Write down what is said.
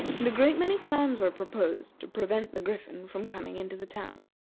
and a great many plans were proposed to prevent the griffin from coming into the town.